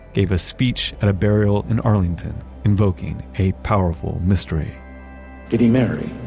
gave a speech at a burial in arlington invoking a powerful mystery did he marry?